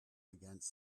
against